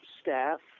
staff